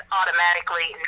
automatically